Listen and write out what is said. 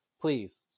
Please